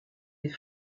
les